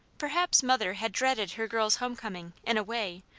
perhaps mother had dreaded her girl's home-coming, in a way,